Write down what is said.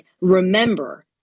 Remember